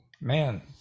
man